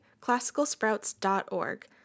classicalsprouts.org